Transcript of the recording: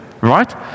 right